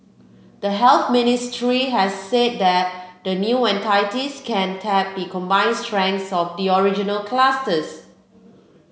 the Health Ministry has said that the new entities can tap the combined strengths of the original clusters